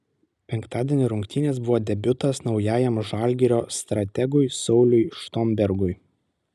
penktadienio rungtynės buvo debiutas naujajam žalgirio strategui sauliui štombergui